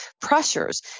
pressures